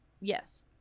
yes